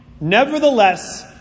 nevertheless